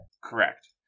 Correct